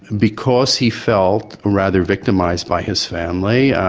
and because he felt rather victimised by his family,